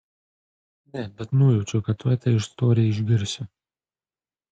ne bet nujaučiu kad tuoj tą istoriją išgirsiu